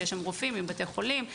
שיש שם רופאים עם בתי חולים.